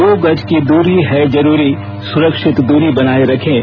दो गज की दूरी है जरूरी सुरक्षित दूरी बनाए रखें